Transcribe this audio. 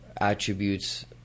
attributes